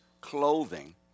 clothing